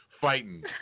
fighting